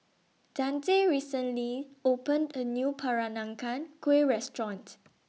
Dante recently opened A New Peranakan Kueh Restaurant